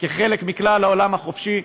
כחלק מכלל העולם החופשי,